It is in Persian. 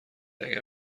اگر